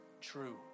true